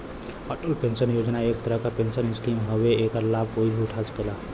Atal pension योजना एक तरह क पेंशन स्कीम हउवे एकर लाभ कोई भी उठा सकला